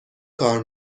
کار